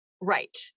Right